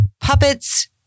puppets